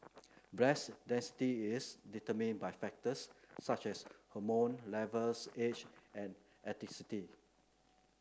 breast density is determined by factors such as hormone levels age and ethnicity